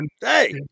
hey